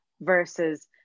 versus